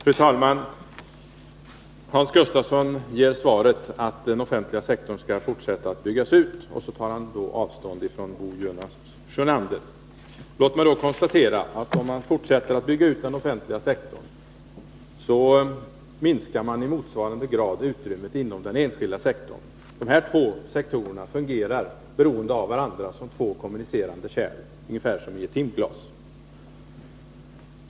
Fru talman! Hans Gustafsson ger svaret att den offentliga sektorn skall fortsätta att byggas ut och tar avstånd från Bo Jonas Sjönander. Låt mig konstatera att om man fortsätter att bygga ut den offentliga sektorn, minskar man i motsvarande grad utrymmet inom den enskilda sektorn. De här två sektorerna fungerar som två kommunicerande kärl, beroende av varandra ungefär som i ett timglas.